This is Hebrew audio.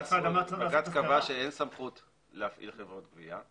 בג"ץ קבע שאין סמכות לחברות גבייה,